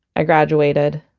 i graduated,